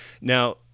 now